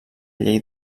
llei